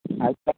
அது சார்